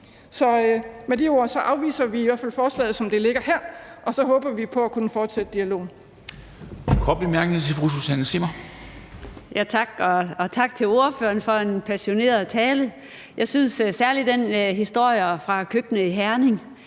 med de ord afviser vi i hvert fald forslaget, som det ligger her, og så håber vi på at kunne fortsætte dialogen.